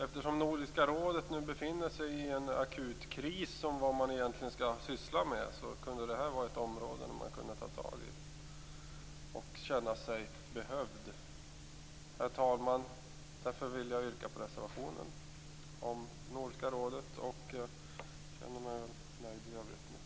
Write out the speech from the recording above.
Eftersom Nordiska rådet nu befinner sig i en akut kris när det gäller vad man egentligen skall syssla med kunde det här vara ett område att ta tag i och där man kunde känna sig behövd. Herr talman! Därför vill jag yrka bifall till reservationen om Nordiska rådet. Jag känner mig nöjd i övrigt.